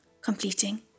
completing